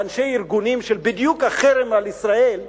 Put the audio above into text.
ואנשי ארגונים של בדיוק החרם על ישראל,